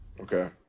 Okay